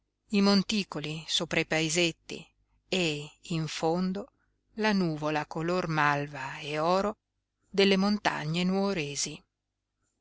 i monticoli sopra i paesetti e in fondo la nuvola color malva e oro delle montagne nuoresi